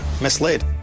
misled